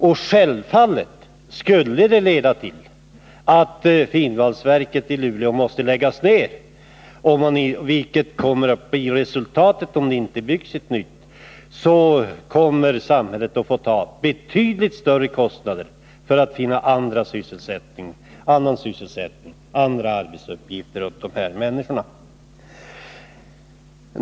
Om finvalsverket i Luleå måste läggas ned — vilket blir resultatet om det inte byggs ett nytt — kommer samhället att få ta på sig betydligt större kostnader för att skapa andra uppgifter åt de människor som då blir utan arbete.